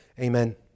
Amen